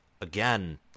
Again